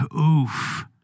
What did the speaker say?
oof